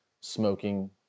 smoking